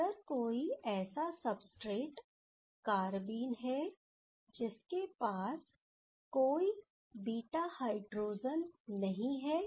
अगर कोई ऐसा सब्सट्रेट कारबीन हैं जिसके पास कोई बीटा हाइड्रोजन नहीं है